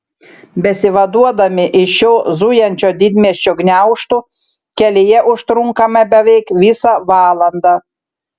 besivaduodami iš šio zujančio didmiesčio gniaužtų kelyje užtrunkame beveik visą valandą